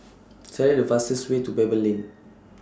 Select The fastest Way to Pebble Lane